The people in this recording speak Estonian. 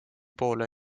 poole